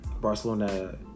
barcelona